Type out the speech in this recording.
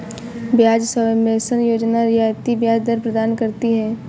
ब्याज सबवेंशन योजना रियायती ब्याज दर प्रदान करती है